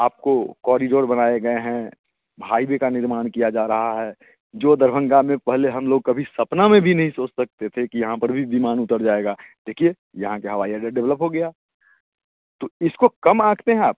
आपको कॉरिडोर बनाए गए हैं ब हाइवे का निर्माण किया जा रहा है जो दरभंगा में पहले हम लोग कभी सपना में भी नहीं सोच सकते थे कि यहाँ पर भी विमान उतर जाएगा देखिए यहाँ के हावाई अड्डा डेवलप हो गया तो इसको कम आँकते हैं आप